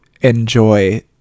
enjoy